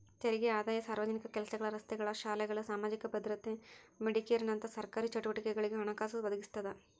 ತೆರಿಗೆ ಆದಾಯ ಸಾರ್ವಜನಿಕ ಕೆಲಸಗಳ ರಸ್ತೆಗಳ ಶಾಲೆಗಳ ಸಾಮಾಜಿಕ ಭದ್ರತೆ ಮೆಡಿಕೇರ್ನಂತ ಸರ್ಕಾರಿ ಚಟುವಟಿಕೆಗಳಿಗೆ ಹಣಕಾಸು ಒದಗಿಸ್ತದ